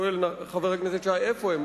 שואל חבר הכנסת שי איפה הם.